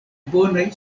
bonaj